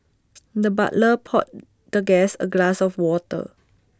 the butler poured the guest A glass of water